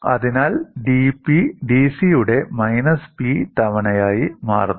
അതിനാൽ dP 'dC യുടെ minus പി' തവണയായി മാറുന്നു